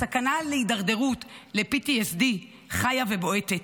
הסכנה להתדרדרות ל-PTSD חיה ובועטת,